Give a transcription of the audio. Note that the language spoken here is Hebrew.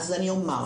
אז אני אומר,